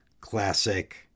classic